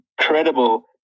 incredible